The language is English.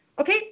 Okay